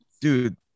dude